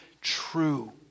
true